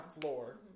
floor